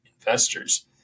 investors